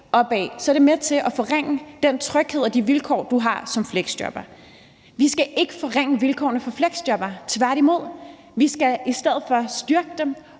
dig til, er det med til at forringe den tryghed og de vilkår, du har som fleksjobber. Vi skal ikke forringe vilkårene for fleksjobbere, tværtimod. Vi skal i stedet for styrke dem